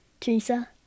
Teresa